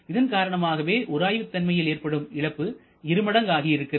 இதன் காரணமாகவே உராய்வுதன்மையில் ஏற்படும் இழப்பு இருமடங்கு ஆகி இருக்கிறது